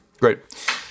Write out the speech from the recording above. great